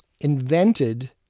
invented